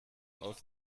auf